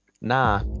nah